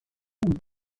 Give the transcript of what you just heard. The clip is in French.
crouy